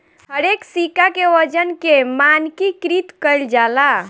हरेक सिक्का के वजन के मानकीकृत कईल जाला